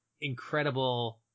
incredible